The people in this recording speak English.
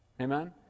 Amen